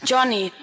Johnny